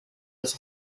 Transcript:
los